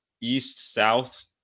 east-south